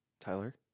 Tyler